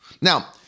Now